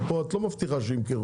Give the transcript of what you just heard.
ופה את לא מבטיחה שימכרו,